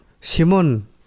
Simon